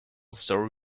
story